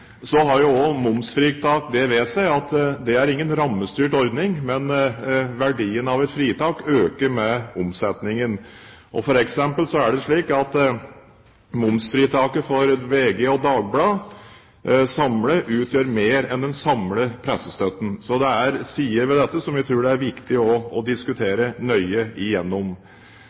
Så har også momsfritak det ved seg at det er ingen rammestyrt ordning, men verdien av et fritak øker med omsetningen. For eksempel er det slik at momsfritaket for VG og Dagbladet samlet utgjør mer enn den samlede pressestøtten. Så det er sider ved dette som jeg tror det er viktig å diskutere nøye igjennom.